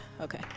Okay